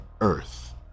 earth